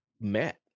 met